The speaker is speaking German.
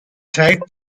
zeigt